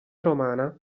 romana